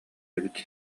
эбит